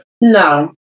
No